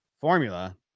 formula